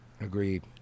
Agreed